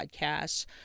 podcasts